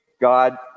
God